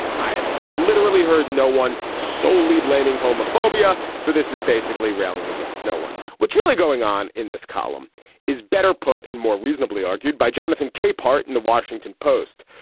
i have literally heard no one solely blaming homophobia. so this is basically railing against no one. what's really going on in this column is better put and more reasonably argued by jonathan capehart in the washington post.